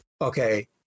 Okay